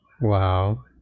Wow